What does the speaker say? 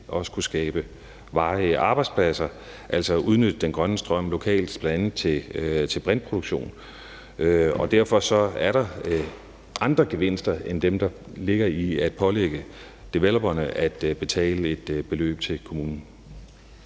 kunne skabe varige arbejdspladser, altså udnytte den grønne strøm lokalt, bl.a. til brintproduktion. Derfor er der andre gevinster end dem, der ligger i at pålægge developerne at betale et beløb til kommunen.